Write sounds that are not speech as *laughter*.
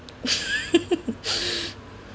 *laughs*